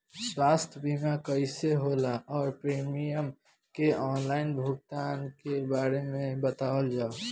स्वास्थ्य बीमा कइसे होला और प्रीमियम के आनलाइन भुगतान के बारे में बतावल जाव?